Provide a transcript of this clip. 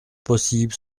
possible